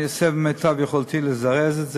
אני אעשה כמיטב יכולתי לזרז את זה.